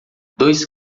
dois